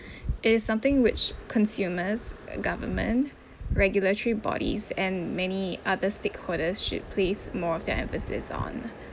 is something which consumers uh government regulatory bodies and many other stakeholders should place more of their emphasis on